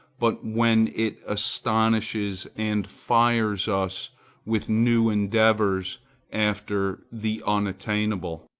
but when it astonishes and fires us with new endeavors after the unattainable.